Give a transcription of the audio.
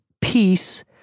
peace